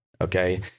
Okay